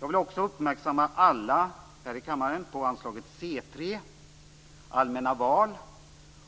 Jag vill också uppmärksamma alla här i kammaren på anslaget C 3, Allmänna val,